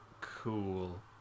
cool